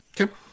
Okay